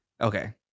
Okay